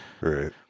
Right